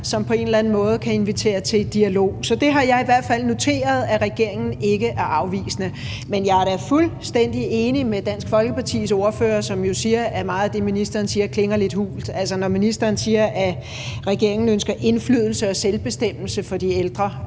som på en eller anden måde kan invitere til dialog, så jeg har i hvert fald noteret, at regeringen ikke er afvisende. Men jeg er da fuldstændig enig med Dansk Folkepartis ordfører, som jo siger, at meget af det, ministeren siger, klinger lidt hult. Ministeren siger, at regeringen ønsker indflydelse og selvbestemmelse for de ældre